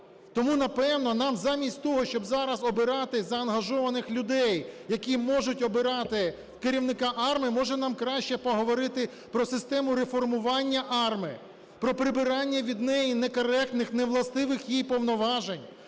Тому, напевно, нам замість того, щоб зараз обирати заангажованих людей, які можуть обирати керівника АРМА, може, нам краще поговорити про систему реформування АРМА, про прибирання від неї некоректних, невластивих їй повноважень,